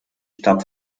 stadt